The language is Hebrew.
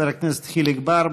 חבר הכנסת חיליק בר,